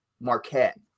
Marquette